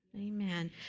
Amen